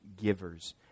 givers